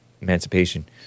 emancipation